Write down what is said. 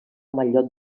mallot